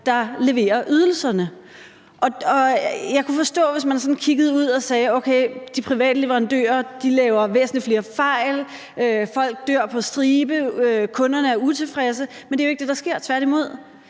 der leverer ydelserne. Jeg kunne forstå det, hvis man sådan kiggede ud og sagde, at okay, de private leverandører laver væsentlig flere fejl, folk dør på stribe, og kunderne er utilfredse, men det er jo ikke det der sker, tværtimod.